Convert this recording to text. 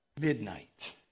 midnight